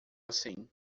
assim